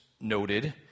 noted